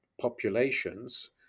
populations